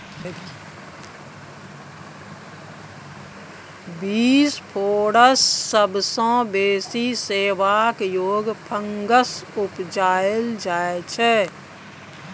बिसपोरस सबसँ बेसी खेबाक योग्य फंगस उपजाएल जाइ छै